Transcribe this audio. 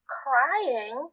crying